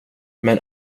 men